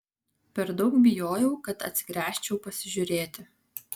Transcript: per daug bijojau kad atsigręžčiau pasižiūrėti